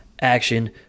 action